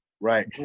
Right